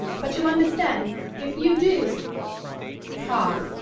but you understand, if you do cobb,